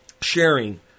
sharing